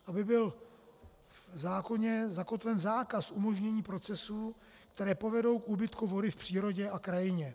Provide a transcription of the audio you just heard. Aby byl v zákoně zakotven zákaz umožnění procesů, které povedou k úbytku vody v přírodě a krajině.